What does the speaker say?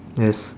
yes